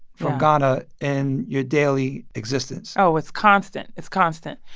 from ghana and your daily existence? oh, it's constant. it's constant.